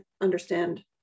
understand